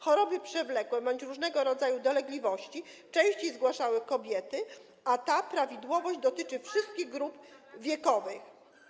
Choroby przewlekłe bądź różnego rodzaju dolegliwości częściej zgłaszały kobiety i ta prawidłowość dotyczy wszystkich grup wiekowych.